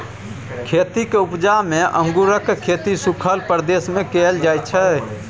खेतीक उपजा मे अंगुरक खेती सुखल प्रदेश मे कएल जाइ छै